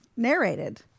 narrated